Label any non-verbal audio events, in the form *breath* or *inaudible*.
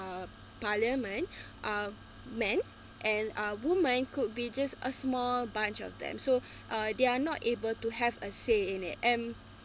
uh parliament *breath* a man and a woman could be just a small bunch of them so *breath* they are not able to have a say in it and